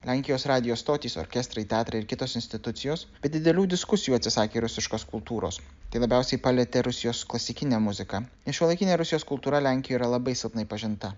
lenkijos radijo stotys orkestrai teatrai ir kitos institucijos be didelių diskusijų atsisakė rusiškos kultūros tai labiausiai palietė rusijos klasikinę muziką šiuolaikinė rusijos kultūra lenkijoj yra labai silpnai pažinta